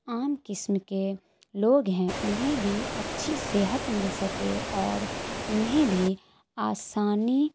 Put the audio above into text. عام قسم کے لوگ ہیں انہیں بھی اچھی صحت مل سکے اور انہیں بھی آسانی